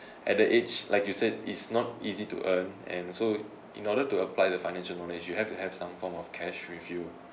at the age like you said is not easy to earn and so in order to apply the financial knowledge you have to have some form of cash review